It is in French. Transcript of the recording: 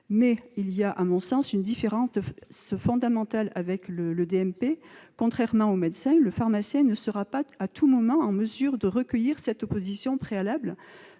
il existe à mon sens une différence fondamentale avec le DMP : contrairement au médecin, le pharmacien ne sera pas à tout moment en mesure de recueillir cette opposition préalable,